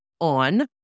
on